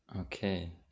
Okay